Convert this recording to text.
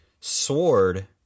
sword